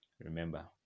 remember